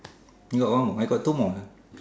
you got one more I got two more